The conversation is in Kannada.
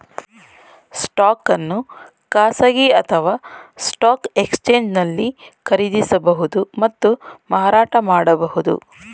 ಸ್ಟಾಕ್ ಅನ್ನು ಖಾಸಗಿ ಅಥವಾ ಸ್ಟಾಕ್ ಎಕ್ಸ್ಚೇಂಜ್ನಲ್ಲಿ ಖರೀದಿಸಬಹುದು ಮತ್ತು ಮಾರಾಟ ಮಾಡಬಹುದು